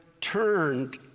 turned